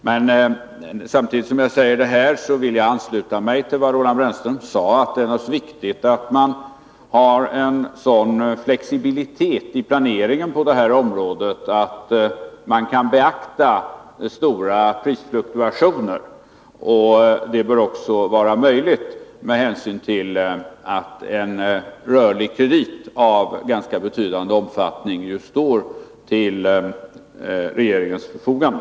Men samtidigt som jag säger detta vill jag ansluta mig till vad Roland Brännström sade, att det är viktigt att man har en sådan flexibilitet i planeringen på detta område att man kan beakta stora prisfluktuationer. Det bör också vara möjligt med hänsyn till att en rörlig kredit av ganska betydande omfattning ju står till regeringens förfogande.